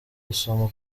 gusoma